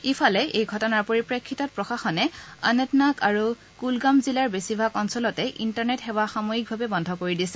ইফালে এই ঘটনাৰ পৰিপ্ৰেক্ষিতত প্ৰশাসনে অনন্তনাগ আৰু কুলগাম জিলাৰ বেছিভাগ অঞ্চলতে ইণ্টাৰনেট সেৱা সাময়িকভাৱে বন্ধ কৰি দিছে